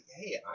hey